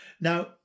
Now